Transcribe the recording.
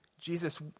Jesus